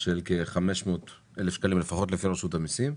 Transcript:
של כ-500-1,000 שקלים לפחות לפי רשות המסים.